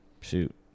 Shoot